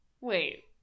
Wait